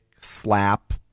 slap